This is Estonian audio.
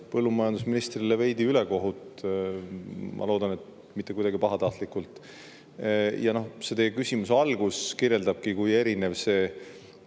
põllumajandusministrile veidi ülekohut. Ma loodan, et mitte kuidagi pahatahtlikult. Teie küsimuse algus kirjeldaski, kui erinev see